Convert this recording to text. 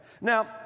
Now